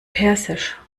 persisch